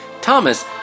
Thomas